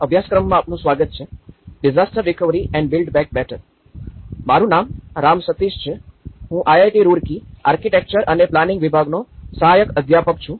અભ્યાસક્રમમાં આપનું સ્વાગત છે disaster recovery and build back better મારું નામ રામ સતીશ છે હું આઈઆઈટી રૂરકી આર્કિટેક્ચર અને પ્લાનિંગ વિભાગનો સહાયક અધ્યાપક છું